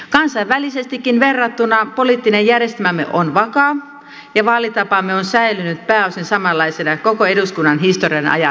kansainvälisestikin verrattuna poliittinen järjestelmämme on vakaa ja vaalitapamme on säilynyt pääosin samanlaisena koko eduskunnan historian ajan